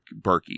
Berkey